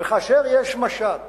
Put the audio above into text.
וכאשר יש משט